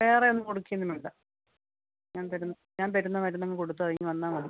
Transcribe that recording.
വേറെ ഒന്നും കൊടുക്കൊന്നും വേണ്ട ഞാൻ തരുന്ന ഞാൻ തരുന്ന മരുന്നങ്ങ് കൊടുത്ത് കഴിഞ്ഞ് വന്നാൽ മതി